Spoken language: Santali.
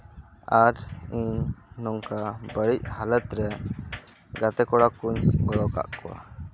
ᱟᱨ ᱤᱧ ᱱᱚᱝᱠᱟ ᱵᱟᱹᱲᱤᱡ ᱦᱟᱞᱚᱛᱨᱮ ᱜᱟᱛᱮ ᱠᱚᱲᱟ ᱠᱚᱸᱧ ᱜᱚᱲᱚ ᱟᱠᱟᱫ ᱠᱚᱣᱟ